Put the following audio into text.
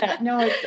No